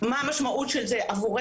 מה המשמעות של זה עבורנו.